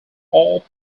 all